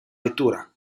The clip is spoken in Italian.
vettura